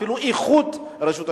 אפילו איכות רשות השידור.